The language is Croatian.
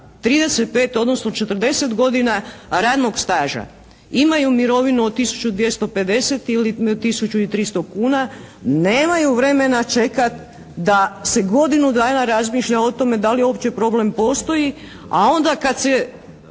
35 odnosno 40 godina radnog staža imaju mirovinu od tisuću 250 ili tisuću 300 kuna, nemaju vremena čekat da se godinu dana razmišlja o tome da li uopće problem postoji a onda kad se